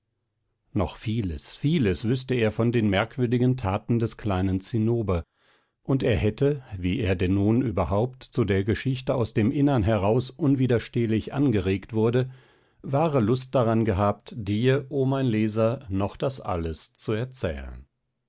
noch vieles vieles wüßte er von den merkwürdigen taten des kleinen zinnober und er hätte wie er denn nun überhaupt zu der geschichte aus dem innern heraus unwiderstehlich angeregt wurde wahre lust daran gehabt dir o mein leser noch das alles zu erzählen